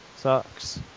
Sucks